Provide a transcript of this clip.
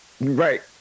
Right